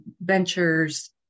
ventures